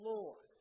Lord